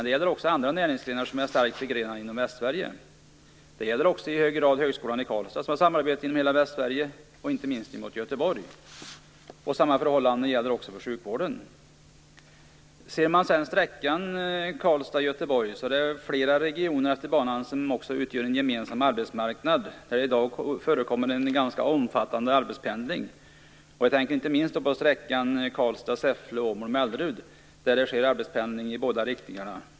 Det gäller också andra näringsgrenar som är starkt utbredda inom Västsverige. Det gäller också i hög grad högskolan i Karlstad, som har samarbete i hela Västsverige, inte minst med Göteborg. Samma förhållande gäller också för sjukvården. Utefter sträckan Karlstad-Göteborg är det fler regioner som angränsar till banan som också utgör en gemensam arbetsmarknad. Det förekommer i dag en ganska omfattande arbetspendling. Jag tänker inte minst på sträckan Karlstad-Säffle-Åmål-Mellerud, där det sker arbetspendling i båda riktningarna.